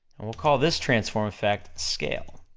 and we'll call this transform effect scale,